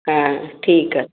हा ठीकु आहे